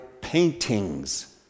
paintings